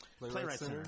playwrights